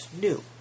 new